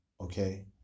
okay